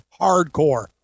hardcore